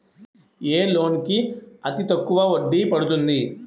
ఏ loan కి అతి తక్కువ వడ్డీ పడుతుంది?